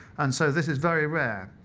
and so this is very rare.